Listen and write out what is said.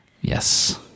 Yes